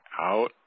out